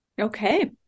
Okay